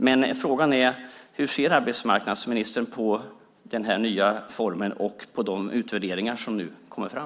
Men frågan är hur arbetsmarknadsministern ser på denna nya form och på de utvärderingar som nu kommer fram.